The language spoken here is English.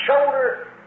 shoulder